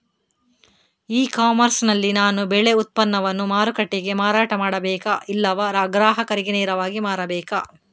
E commerce ನಲ್ಲಿ ನಾನು ಬೆಳೆ ಉತ್ಪನ್ನವನ್ನು ಮಾರುಕಟ್ಟೆಗೆ ಮಾರಾಟ ಮಾಡಬೇಕಾ ಇಲ್ಲವಾ ಗ್ರಾಹಕರಿಗೆ ನೇರವಾಗಿ ಮಾರಬೇಕಾ?